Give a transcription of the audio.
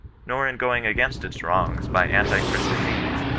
nor in going against its wrongs by anti-christian means,